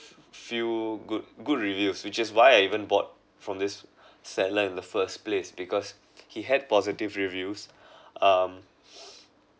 few good good reviews which is why I even bought from this seller in the first place because he had positive reviews um